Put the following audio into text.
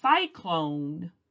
cyclone